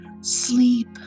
sleep